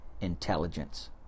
intelligence